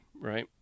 right